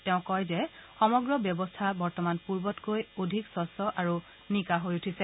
তেওঁ কয় যে সমগ্ৰ ব্যৱস্থা বৰ্তমান পূৰ্বতকৈ অধিক স্বচ্ছ আৰু নিকা হৈ উঠিছে